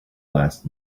last